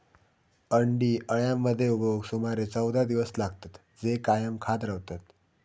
अंडी अळ्यांमध्ये उबवूक सुमारे चौदा दिवस लागतत, जे कायम खात रवतत